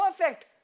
perfect